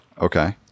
Okay